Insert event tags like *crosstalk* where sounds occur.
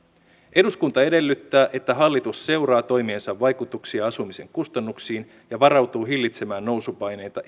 eduskunta edellyttää että hallitus seuraa toimiensa vaikutuksia asumisen kustannuksiin ja varautuu hillitsemään nousupaineita *unintelligible*